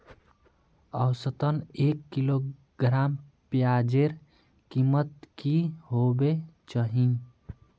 औसतन एक किलोग्राम प्याजेर कीमत की होबे चही?